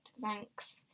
Thanks